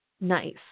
nice